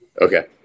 Okay